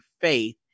faith